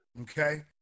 Okay